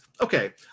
okay